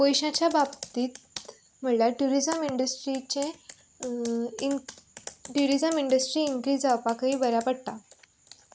पयशांच्या बाबतीत म्हळ्यार ट्युरिजम इंडस्ट्रीचें इंक ट्युरिजम इंडस्ट्री इंक्रीज जावपाकूय बऱ्याक पडटा